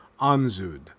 Anzud